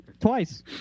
Twice